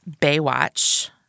Baywatch